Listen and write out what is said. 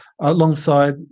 alongside